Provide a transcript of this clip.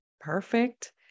perfect